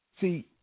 See